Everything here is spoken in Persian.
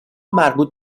مربوط